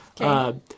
Okay